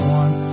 one